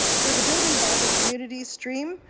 through the building vibrant communities stream,